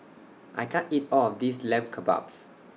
I can't eat All of This Lamb Kebabs